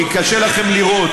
כי קשה לכם לראות.